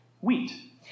wheat